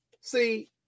See